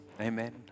Amen